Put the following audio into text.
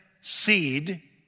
seed